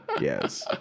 Yes